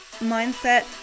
mindset